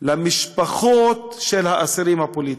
למשפחות של האסירים הפוליטיים.